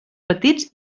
petits